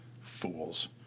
Fools